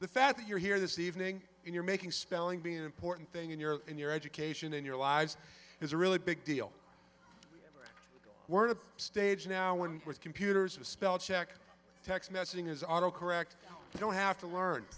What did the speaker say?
the fact that you're here this evening and you're making spelling being an important thing in your in your education in your lives is a really big deal we're at a stage now in which computers have spellcheck text messaging is auto correct you don't have to learn